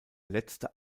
letzte